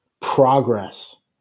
progress